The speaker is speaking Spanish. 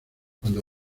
cuando